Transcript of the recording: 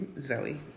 Zoe